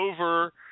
over